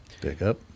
Pickup